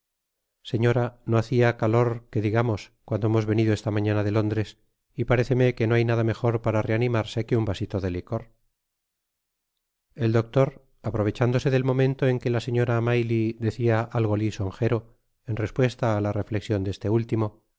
señora no hacia calor que digamos cuando hemos salido esta mañana de londres y paréceme que no hay nada mejor para reanimarse que un vasito de licor el doctor aprovechándose del momento en que la señora maylie decia algo lisonjero en respuesta á la reflexion de este último